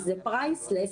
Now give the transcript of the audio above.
זה priceless,